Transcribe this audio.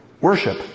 Worship